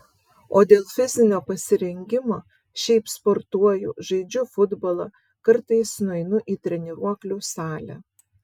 o dėl fizinio pasirengimo šiaip sportuoju žaidžiu futbolą kartais nueinu į treniruoklių salę